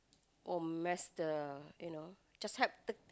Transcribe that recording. or mess the you know just help the